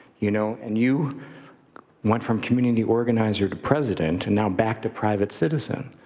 you know and you went from community organizer to president, and now back to private citizen.